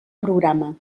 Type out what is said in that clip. programa